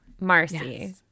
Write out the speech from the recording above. Marcy